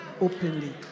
openly